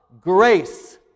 grace